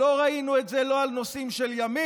לא ראינו את זה לא על נושאים של ימין,